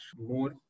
more